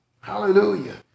hallelujah